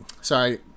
sorry